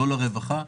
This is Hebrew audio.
לא לרווחה.